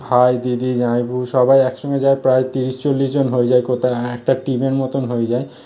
ভাই দিদি জামাইবাবু সবাই একসঙ্গে যায় প্রায় তিরিশ চল্লিশজন হয়ে যায় কোথায় এএকটা টিমের মতন হয়ে যায়